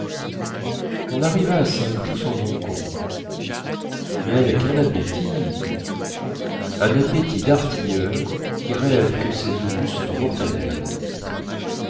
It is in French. on arriva à saint-cloud sans encombre mais avec un appétit un appétit dartilleur qui rêve que ses obus sont en mortadelle